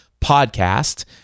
podcast